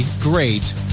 great